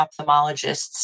ophthalmologists